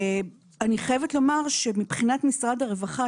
אני חייבת לומר שמבחינת משרד הרווחה,